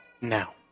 now